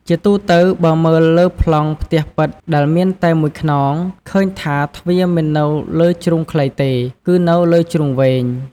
ជាទូទៅបើមើលលើប្លង់ផ្ទះប៉ិតដែលមានតែមួយខ្នង ឃើញថាទ្វារមិននៅលើជ្រុងខ្លីទេ គឺនៅលើជ្រុងវែង។